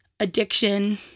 addiction